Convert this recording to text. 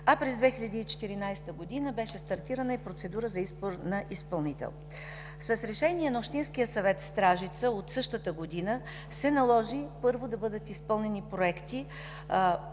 а през 2014 г. беше стартирана и процедура на изпълнител. С Решение на Общинския съвет в Стражица от същата година се наложи първо да бъдат изпълнени проекти